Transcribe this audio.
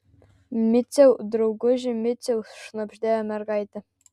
miciau drauguži miciau šnabždėjo mergaitė